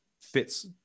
fits